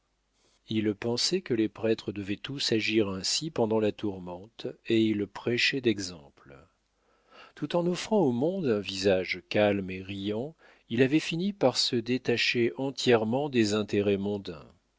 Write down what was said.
il pensait que les prêtres devaient tous agir ainsi pendant la tourmente et il prêchait d'exemple tout en offrant au monde un visage calme et riant il avait fini par se détacher entièrement des intérêts mondains